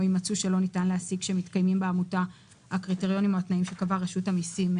או אם מצאו שלא ניתן להסיק שמתקיימים בעמותה הקריטריונים שקיימים בחוזר.